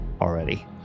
already